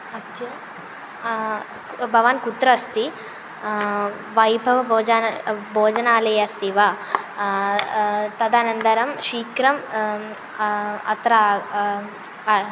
अद्य भवान् कुत्र अस्ति वैभवभोजनं भोजनालये अस्ति वा तदनन्तरं शीघ्रम् अत्र आगच्छ आं आं